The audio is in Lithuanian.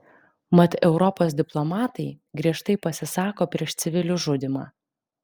mat europos diplomatai griežtai pasisako prieš civilių žudymą